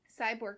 Cyborg